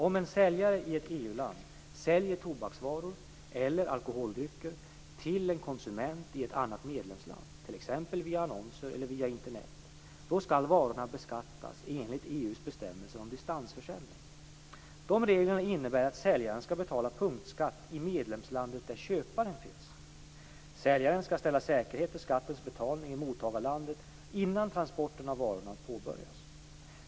Om en säljare i ett EU-land säljer tobaksvaror eller alkoholdrycker till en konsument i ett annat medlemsland, t.ex. via annonser eller via Internet, skall varorna beskattas enligt EU:s bestämmelser om distansförsäljning. Dessa innebär att säljaren skall betala punktskatt i medlemslandet där köparen finns. Säljaren skall ställa säkerhet för skattens betalning i mottagarlandet innan transporten av varorna påbörjas.